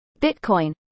Bitcoin